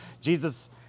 Jesus